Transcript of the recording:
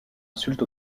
insulte